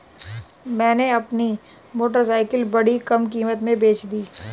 मैंने अपनी मोटरसाइकिल बड़ी कम कीमत में बेंच दी